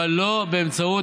אבל לא באמצעות,